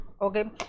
okay